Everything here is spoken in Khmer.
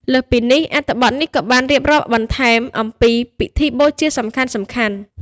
លើសពីនេះ អត្ថបទនេះក៏បានរៀបរាប់បន្ថែមអំពី ពិធីបូជាសំខាន់ៗ។